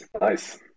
Nice